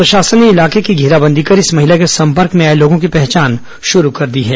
प्रशासन ने इलाके की घेराबंदी कर इस महिला के संपर्क में आए लोगों की पहचान शुरू कर दी है